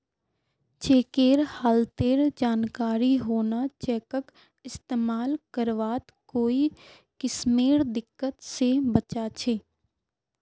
चेकेर हालतेर जानकारी होना चेकक इस्तेमाल करवात कोई किस्मेर दिक्कत से बचा छे